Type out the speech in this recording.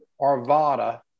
Arvada